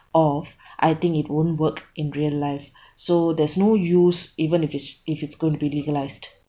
of I think it won't work in real life so there's no use even if it's if it's going to be legalised